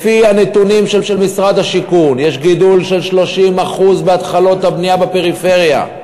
לפי הנתונים של משרד השיכון יש גידול של 30% בהתחלות הבנייה בפריפריה.